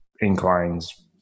inclines